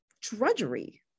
drudgery